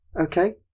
Okay